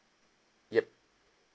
ya